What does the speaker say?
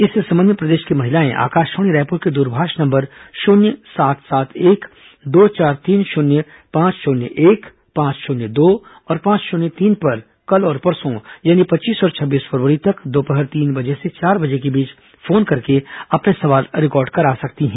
इस संबंध में प्रदेश की महिलाएं आकाशवाणी रायपुर के द्रभाष नंबर शुन्य सात सात एक दो चार तीन शुन्य पांच शन्य एक पांच शन्य दो और पांच शन्य तीन पर कल और परसों यानी पच्चीस और छब्बीस फरवरी तक दोपहर तीन से चार बर्जे के बीच फोन करके अपने सवाल रिकॉर्ड करा सकती हैं